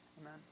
Amen